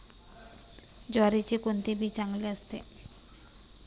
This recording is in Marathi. ज्वारीचे कोणते बी चांगले असते?